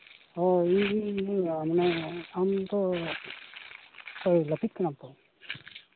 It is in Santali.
ᱦᱮᱸ ᱤᱧ ᱟᱢᱫᱚ ᱦᱳᱭ ᱜᱟᱛᱮᱜ ᱠᱟᱱᱟᱢ ᱛᱚ